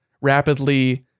rapidly